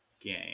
game